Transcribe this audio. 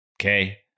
Okay